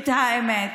האמת.